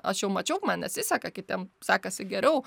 aš jau mačiau man nesiseka kitiem sekasi geriau